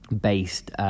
based